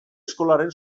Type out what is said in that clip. eskolaren